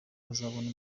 azabona